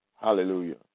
Hallelujah